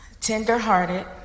tender-hearted